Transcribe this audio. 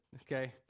okay